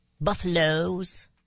buffaloes